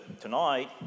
tonight